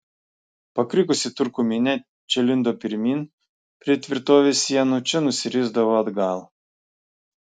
pakrikusi turkų minia čia lindo pirmyn prie tvirtovės sienų čia nusirisdavo atgal